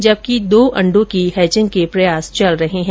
जबकि दो अंडों की हैचिंग के प्रयास चल रहे हैं